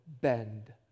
bend